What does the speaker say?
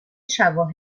شواهد